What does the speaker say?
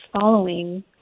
following